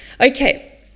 okay